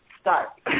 start